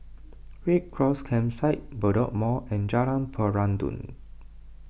Red Cross Campsite Bedok Mall and Jalan Peradun